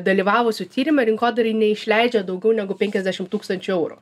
dalyvavusių tyrime rinkodarai neišleidžia daugiau negu penkiasdešim tūkstančių eurų